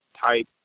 type